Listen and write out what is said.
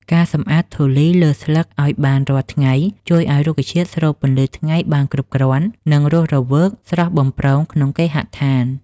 ការសម្អាតធូលីលើស្លឹកឱ្យបានរាល់ថ្ងៃជួយឱ្យរុក្ខជាតិស្រូបពន្លឺថ្ងៃបានគ្រប់គ្រាន់ និង រស់រវើកស្រស់បំព្រងក្នុងគេហដ្ឋាន។